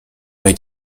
way